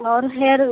और हेयर